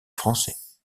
français